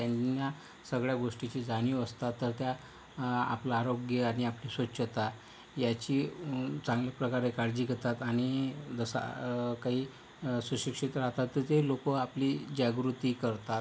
त्यांना सगळ्या गोष्टीची जाणीव असतात तर त्या आपलं आरोग्य आणि आपली स्वच्छता याची चांगल्या प्रकारे काळजी घेतात आणि जसं काही सुशिक्षित राहतात तर ते लोक आपली जागृती करतात